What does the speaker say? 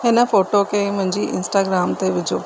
हिन फ़ोटो खे मुंहिंजी इंस्टाग्राम ते विझो